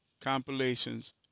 compilations